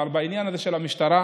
אבל בעניין המשטרה,